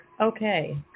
Okay